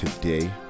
today